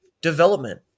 development